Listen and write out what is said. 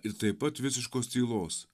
ir taip pat visiškos tylos